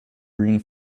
green